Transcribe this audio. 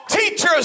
Teachers